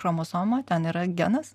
chromosomą ten yra genas